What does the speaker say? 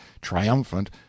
triumphant